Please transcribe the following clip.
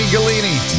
Galini